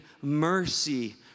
mercy